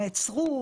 נעצרו,